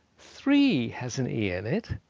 three has an e in it,